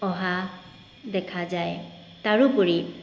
অহা দেখা যায় তাৰোপৰি